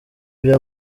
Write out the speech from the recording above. bya